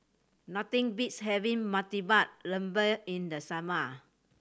nothing beats having Murtabak Lembu in the summer